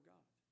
God